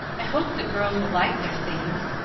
i hope the girls will like their things.